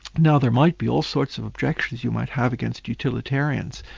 now there might be all sorts of objections you might have against utilitarians,